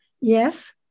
Yes